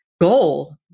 goal